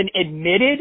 admitted